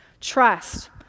trust